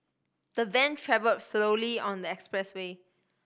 the van travelled slowly on the expressway